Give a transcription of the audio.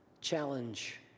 challenge